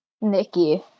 Nikki